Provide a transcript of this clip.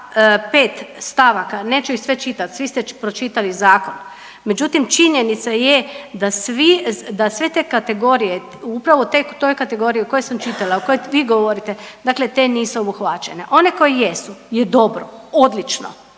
5 stavaka neću ih sve čitat, svi ste pročitali zakon, međutim činjenica je da svi, da sve te kategorije, upravo toj kategoriji o kojoj sam čitala, o kojoj vi govorite dakle te nisu obuhvaćene. One koje jesu je dobro, odlično,